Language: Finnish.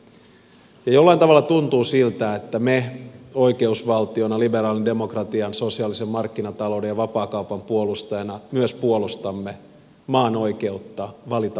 ja jollain tavalla tuntuu siltä että me oikeusvaltiona liberaalin demokratian sosiaalisen markkinatalouden ja vapaakaupan puolustajana myös puolustamme maan oikeutta valita oma tiensä